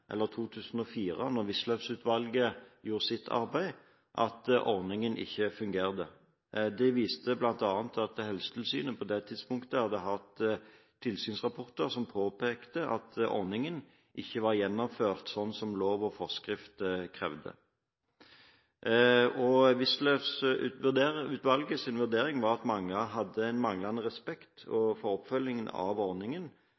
2004, da Wisløff-utvalget gjorde sitt arbeid, at ordningen ikke fungerte. De viste bl.a. til at Helsetilsynet på det tidspunktet hadde fått tilsynsrapporter som påpekte at ordningen ikke var gjennomført slik lov og forskrift krevde. Wisløff-utvalgets vurdering var at mange hadde manglende respekt for oppfølgingen av ordningen,